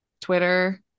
Twitter